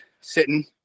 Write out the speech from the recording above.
sitting